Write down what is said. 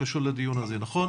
שקשור לדיון הזה, נכון?